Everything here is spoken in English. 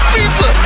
Pizza